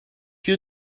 you